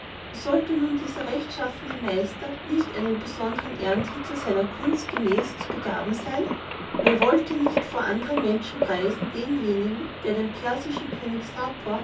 sollte nun dieser rechtschaffene meister nicht mit einem besondern ehrentitul seiner kunst gemäß zu begaben sein wer wollte nicht vor andern menschen preisen denjenigen der dem persischen